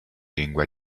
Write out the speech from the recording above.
lingua